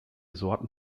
sorten